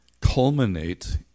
culminate